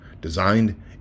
Designed